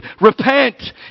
Repent